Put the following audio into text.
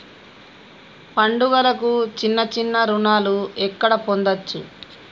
పండుగలకు చిన్న చిన్న రుణాలు ఎక్కడ పొందచ్చు?